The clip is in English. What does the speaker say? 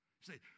Say